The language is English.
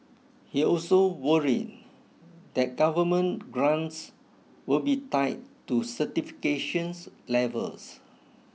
he also worried that government grants will be tied to certifications levels